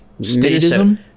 statism